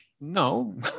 no